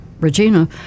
Regina